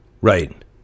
Right